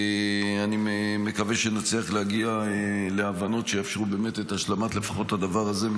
אני מקווה שנצליח להגיע להבנות שיאפשרו את השלמת הדבר הזה לפחות,